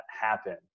happen